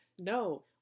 No